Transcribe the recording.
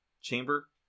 chamber